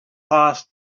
passed